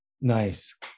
nice